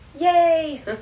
Yay